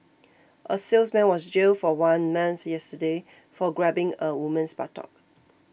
a salesman was jailed for one month yesterday for grabbing a woman's buttock